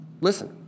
Listen